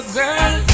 girl